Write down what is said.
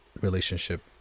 relationship